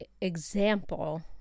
example